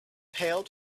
pail